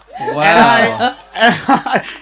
Wow